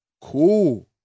cool